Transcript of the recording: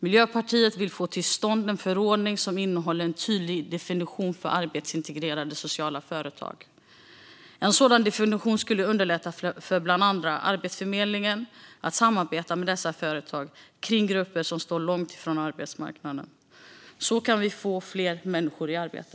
Miljöpartiet vill få till stånd en förordning som innehåller en tydlig definition av arbetsintegrerande sociala företag. En sådan definition skulle underlätta för bland andra Arbetsförmedlingen att samarbeta med dessa företag kring grupper som står långt från arbetsmarknaden. På så sätt kan vi få fler människor i arbete.